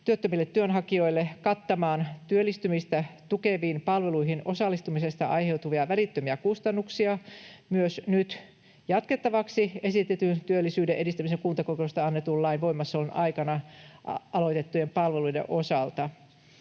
työttömille työnhakijoille kattamaan työllistymistä tukeviin palveluihin osallistumisesta aiheutuvia välittömiä kustannuksia myös nyt jatkettavaksi esitetyn työllisyyden edistämisen kuntakokeilusta annetun lain voimassaolon aikana aloitettujen palveluiden osalta.